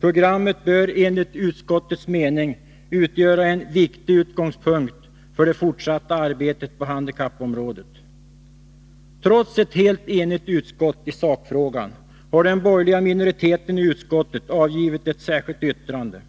Programmet bör enligt utskottets mening utgöra en viktig utgångspunkt för det fortsatta arbetet på handikappområdet. Trots ett helt enigt utskott i sakfrågan har den borgerliga minoriteten i utskottet avgivit ett särskilt yttrande.